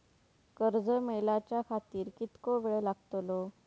कर्ज मेलाच्या खातिर कीतको वेळ लागतलो?